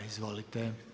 Izvolite.